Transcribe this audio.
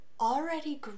already